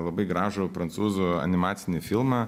labai gražų prancūzų animacinį filmą